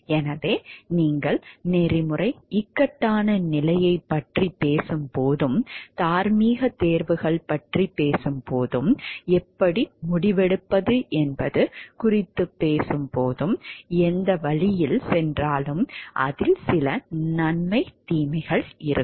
எனவே நீங்கள் நெறிமுறை இக்கட்டான நிலையைப் பற்றிப் பேசும்போதும் தார்மீகத் தேர்வுகள் பற்றிப் பேசும்போதும் எப்படி முடிவெடுப்பது என்பது குறித்தும் பேசும்போது எந்த வழியில் சென்றாலும் அதில் சில நன்மை தீமைகள் இருக்கும்